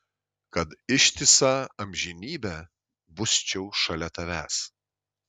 kad ištisą amžinybę busčiau šalia tavęs